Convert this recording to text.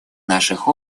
наших